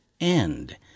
end—